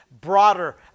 broader